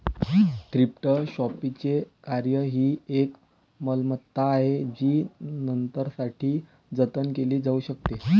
thrift शॉपचे कार्य ही एक मालमत्ता आहे जी नंतरसाठी जतन केली जाऊ शकते